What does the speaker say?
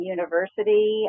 University